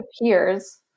appears